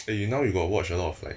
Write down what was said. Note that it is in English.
eh you now you got watch a lot of like